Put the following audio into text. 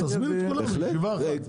תזמין את כולם לישיבה אחת.